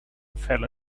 fell